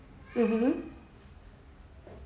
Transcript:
mmhmm